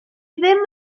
ddim